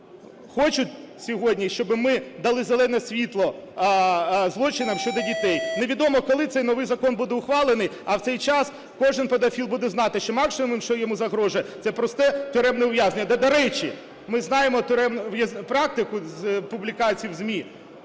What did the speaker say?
хочуть сьогодні, щоб ми дали зелене світло злочинам щодо дітей. Невідомо, коли цей новий закон буде ухвалений, а в цей час кожний педофіл буде знати, що максимум, що йому загрожує, це просте тюремне ув'язнення. Де, до речі, ми знаємо тюремну практику з публікацій у ЗМІ,